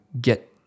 get